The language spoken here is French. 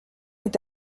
est